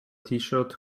tshirt